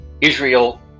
Israel